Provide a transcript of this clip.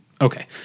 Okay